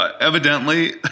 evidently